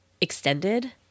extended